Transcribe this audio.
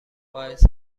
باعث